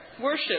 worship